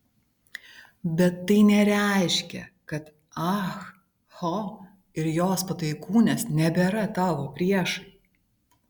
bet tai nereiškia kad ah ho ir jos pataikūnės nebėra tavo priešai